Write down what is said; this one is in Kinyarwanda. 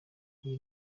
iyi